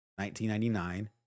1999